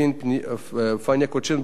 פניה קירשנבאום,